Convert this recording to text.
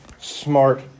smart